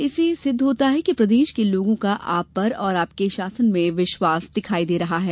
इससे यह सिद्ध होता है कि प्रदेश के लोगों का आप पर और आपके शासन में विश्वास दिखाई दे रहा है